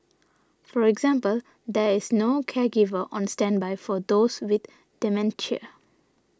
for example there is no caregiver on standby for those with dementia